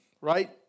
right